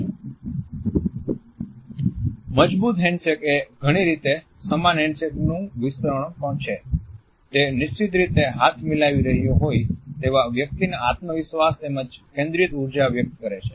'મજબુત હેન્ડશેક' એ ઘણી રીતે 'સમાન હેન્ડશેક' નું વિસ્તરણ પણ છે તે નિશ્ચિત રીતે હાથ મિલાવી રહ્યો હોય તેવા વ્યક્તિના આત્મવિશ્વાસ તેમજ કેન્દ્રિત ઉર્જા વ્યક્ત કરે છે